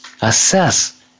assess